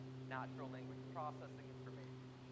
natural language processing information.